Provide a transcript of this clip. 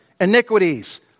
iniquities